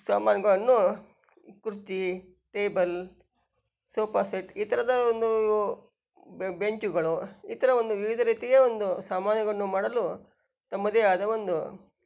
ಸಾಮಾನುಗಳನ್ನು ಕುರ್ಚಿ table sofa set ಈ ಥರದ ಒಂದು ಬೆಂಚುಗಳು ಈ ಥರ ಒಂದು ವಿವಿಧ ರೀತಿಯ ಒಂದು ಸಾಮಾನುಗಳನ್ನು ಮಾಡಲು ತಮ್ಮದೇ ಆದ ಒಂದು